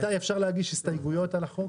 עד מתי אפשר להגיש הסתייגויות על החוק?